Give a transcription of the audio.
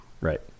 Right